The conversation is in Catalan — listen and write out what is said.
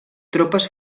tropes